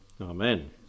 Amen